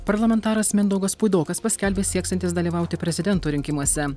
parlamentaras mindaugas puidokas paskelbė sieksiantis dalyvauti prezidento rinkimuose